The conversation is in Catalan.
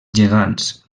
gegants